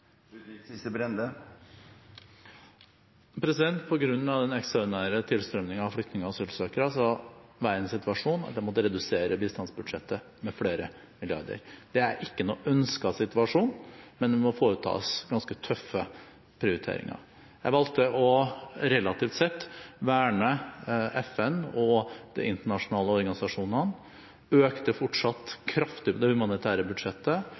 den ekstraordinære tilstrømningen av flyktninger og asylsøkere var jeg i den situasjon at jeg måtte redusere bistandsbudsjettet med flere milliarder. Det er ikke noen ønsket situasjon, men det må foretas ganske tøffe prioriteringer. Jeg valgte relativt sett å verne FN og de internasjonale organisasjonene – økte fortsatt kraftig på det humanitære budsjettet,